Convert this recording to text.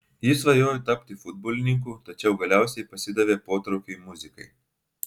jis svajojo tapti futbolininku tačiau galiausiai pasidavė potraukiui muzikai